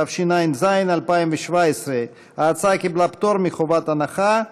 התשע"ז 2017. ההצעה קיבלה פטור מחובת הנחה.